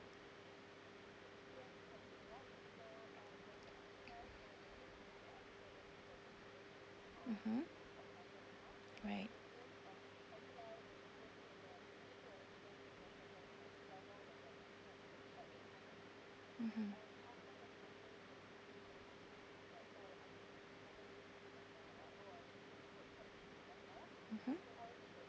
mmhmm right mmhmm mmhmm